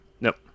Nope